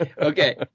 Okay